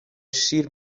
شیر